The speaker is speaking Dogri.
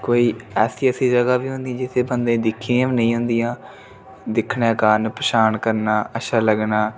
कोई ऐसी ऐसियां जगह् बी होंदियां जिसी बन्दे गी दिक्खियै बी नेईं होंदियां दिक्खने दे कराण पंछान करना अच्छा लगना